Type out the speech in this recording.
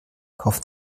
kauft